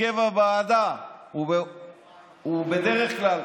הרכב הוועדה הוא בדרך כלל